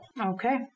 okay